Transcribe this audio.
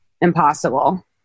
impossible